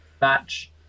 match